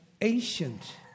ancient